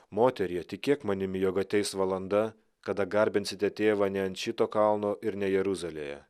moterie tikėk manimi jog ateis valanda kada garbinsite tėvą ne ant šito kalno ir ne jeruzalėje